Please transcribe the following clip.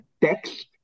text